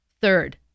Third